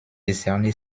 décerné